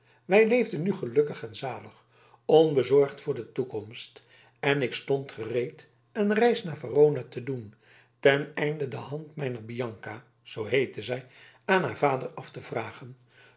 wij leefden nu gelukkig en zalig onbezorgd voor de toekomst en ik stond gereed een reis naar verona te doen ten einde de hand mijner bianca zoo heette zij aan haar vader af te vragen